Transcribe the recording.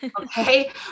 Okay